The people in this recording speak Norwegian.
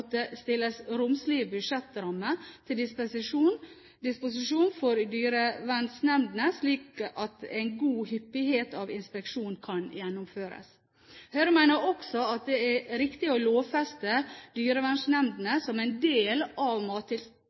måtte stilles romslige budsjettrammer til disposisjon for dyrevernsnemndene, slik at en god hyppighet av inspeksjoner kan gjennomføres. Høyre mener også at det er riktig å lovfeste dyrevernsnemndene som en del av